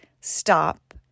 stop